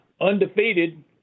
undefeated